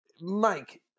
Mike